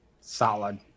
Solid